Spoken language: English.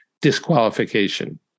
disqualification